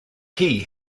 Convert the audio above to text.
key